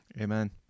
Amen